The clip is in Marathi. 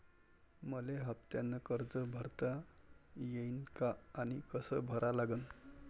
मले हफ्त्यानं कर्ज भरता येईन का आनी कस भरा लागन?